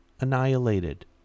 annihilated